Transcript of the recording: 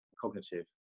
cognitive